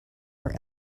are